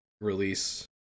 release